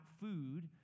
food